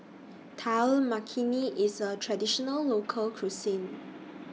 Dal Makhani IS A Traditional Local Cuisine